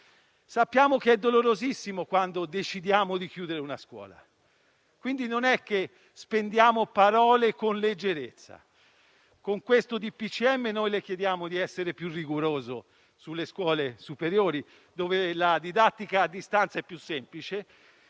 Sappiamo che è dolorosissimo quando decidiamo di chiudere una scuola, quindi non spendiamo parole con leggerezza. Con questo DPCM le chiediamo di essere più rigoroso sulle scuole superiori, dove la didattica a distanza è più semplice;